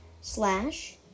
slash